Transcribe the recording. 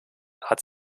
hat